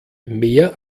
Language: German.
mehr